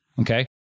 Okay